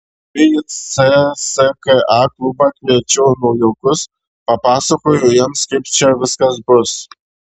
kai į cska klubą kviečiau naujokus papasakojau jiems kaip čia viskas bus